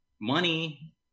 money